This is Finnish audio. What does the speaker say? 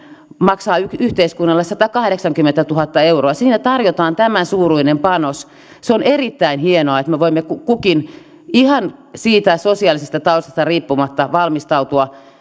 maksaa yhteiskunnalle satakahdeksankymmentätuhatta euroa siinä tarjotaan tämän suuruinen panos se on erittäin hienoa että me voimme ihan siitä sosiaalisesta taustasta riippumatta valmistua